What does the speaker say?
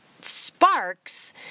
sparks